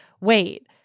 wait